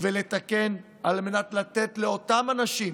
ולתקן על מנת לתת לאותם אנשים